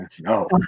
No